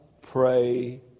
pray